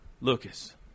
Lucas